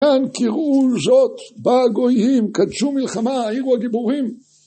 כאן קיראו זאת בגויים, קדשו מלחמה, העירו הגיבורים